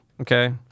Okay